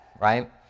right